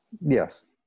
yes